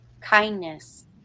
kindness